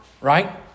right